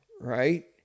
right